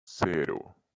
cero